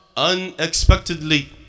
unexpectedly